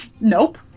nope